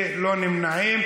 ללא נמנעים,